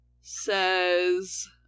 says